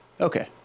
Okay